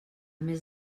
més